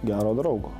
gero draugo